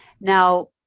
now